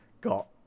got